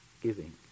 giving